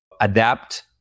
adapt